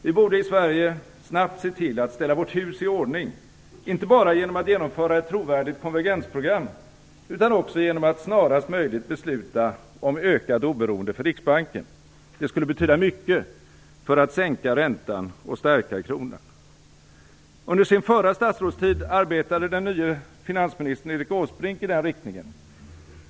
Vi borde i Sverige snabbt se till att ställa vårt hus i ordning, inte bara genom att genomföra ett trovärdigt konvergensprogram utan också genom att snarast möjligt besluta om ökat oberoende för Riksbanken; det skulle betyda mycket för att sänka räntan och stärka kronan. Under sin förra statsrådstid arbetade den nye finansministern Erik Åsbrink i den riktningen.